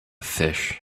fish